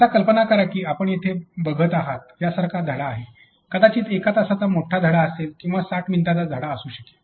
आता कल्पना करा की आपण येथे बघत आहात यासारखा धडा आहे कदाचित एक तासाचा मोठा धडा असेल किंवा 60 मिनिटांचा धडा असू शकेल